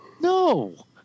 No